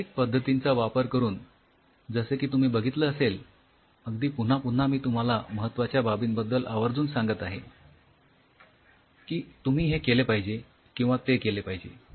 aseptic पद्धतींचा वापर करून जसे की तुम्ही बघितले असेल अगदी पुन्हा पुन्हा मी तुम्हाला महत्वाच्या बाबींबद्दल आवर्जून सांगत आहे की तुम्ही हे केले पाहिजे किंवा ते केले पाहिजे